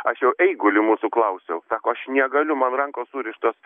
aš jau eigulį mūsų klausiau sako aš negaliu man rankos surištos